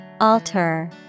Alter